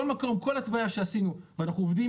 כל מקום וכל התוויה שעשינו ואנחנו עובדים